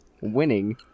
winning